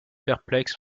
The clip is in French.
perplexe